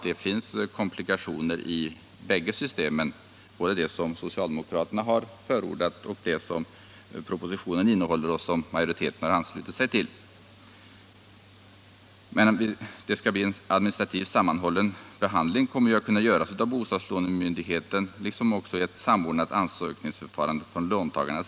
Det finns komplikationer i båda systemen, både i det som socialdemokraterna förordar och i det som propositionen innehåller och som majoriteten har anslutit sig till. Det skall bli en administrativt sammanhållen behandling, utförd av bostadslånemyndigheten, liksom ett samordnat ansökningsförfarande för låntagarna.